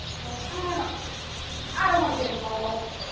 they're like, ah i don't want to get involved.